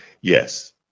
Yes